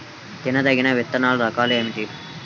తినదగిన విత్తనాల రకాలు ఏమిటి?